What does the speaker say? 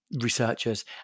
researchers